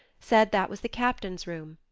said that was the captain's room,